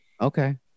Okay